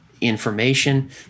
information